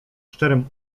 szczerym